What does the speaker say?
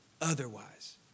otherwise